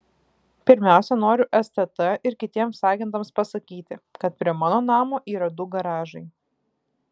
pirmiausia noriu stt ir kitiems agentams pasakyti kad prie mano namo yra du garažai